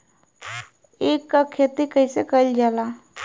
ईख क खेती कइसे कइल जाला?